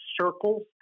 circles